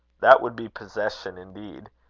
that would be possession indeed!